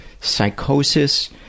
psychosis